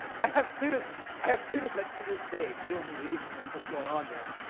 i have students have students that to this day still believe that that's what's going on there.